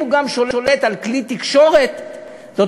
אם הוא גם שולט על כלי תקשורת מרכזי,